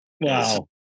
Wow